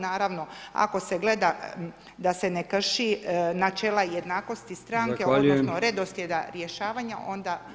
Naravno ako se gleda da se ne krše načela jednakosti stranke, odnosno redoslijeda rješavanja onda [[Upadica Brkić: Zahvaljujem.]] Hvala.